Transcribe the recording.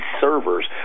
servers